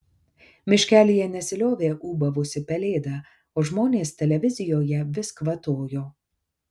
miškelyje nesiliovė ūbavusi pelėda o žmonės televizijoje vis kvatojo